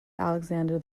alexander